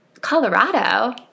Colorado